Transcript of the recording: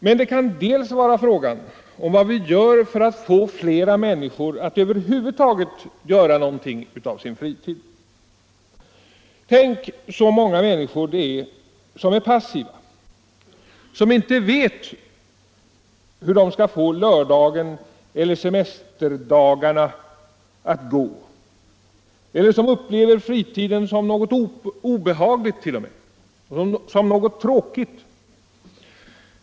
Men det kan dels vara fråga om vad vi gör för att få fler människor att över huvud taget göra någonting av sin fritid. Tänk på de många människorna som är passiva, som inte vet hur de skall få lördagen eller semesterdagarna att gå eller som upplever fritiden som någonting obehagligt, t.o.m. något tråkigt.